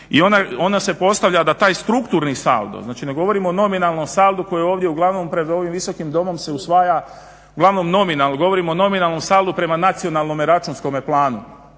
i ona se postavlja da taj strukturni saldo, znači ne govorimo nominalno o saldu koji je ovdje uglavnom pred ovim Visokim domom se usvaja uglavnom nominal. Govorim o nominalnom saldu prema nacionalnom računskom planu